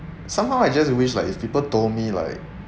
somehow I just wish like if people told me like